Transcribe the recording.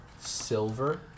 silver